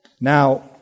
Now